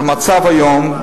המצב היום,